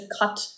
cut